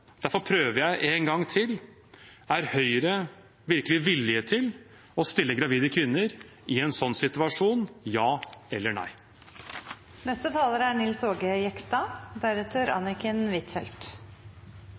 Derfor prøver jeg en gang til: Er Høyre virkelig villig til å stille gravide kvinner i en sånn situasjon – ja eller